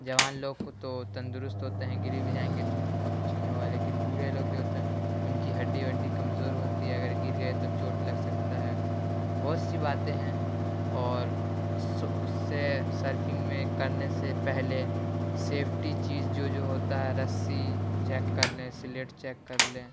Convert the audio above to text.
جوان لوگ کو تو تندرست ہوتے ہیں گر بھی جائیں گے تو تھوڑا کچھ نہیں ہوگا لیکن بوڑھے لوگ جو ہوتے ہیں ان کی ہڈی وڈی کمزور ہوتی ہے اگر گر گئے تو چوٹ لگ سکتا ہے بہت سی باتیں ہیں اور سو اس سے سرفنگ میں کرنے سے پہلے سیفٹی چیز جو جو ہوتا ہے رسی چیک کرلیں سلیٹ چیک کرلیں